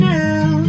now